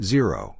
Zero